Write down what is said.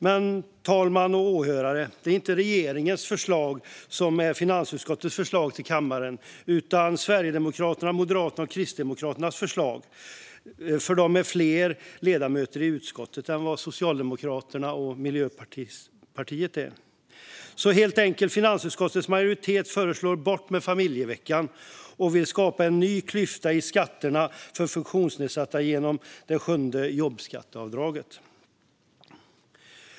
Men, fru talman och åhörare, det är inte regeringens förslag som är finansutskottets förslag till kammaren, utan det är Sverigedemokraternas, Kristdemokraternas och Moderaternas förslag. De har fler ledamöter i utskottet än Socialdemokraterna och Miljöpartiet. Det är alltså helt enkelt så att finansutskottets majoritet föreslår att familjeveckan tas bort. De vill också skapa en ny klyfta i skatterna för funktionsnedsatta genom det sjunde jobbskatteavdraget.